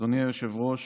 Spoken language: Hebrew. אדוני היושב-ראש,